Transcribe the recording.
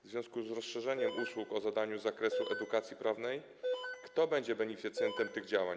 W związku z rozszerzeniem usług z zakresu edukacji prawnej kto będzie beneficjentem tych działań?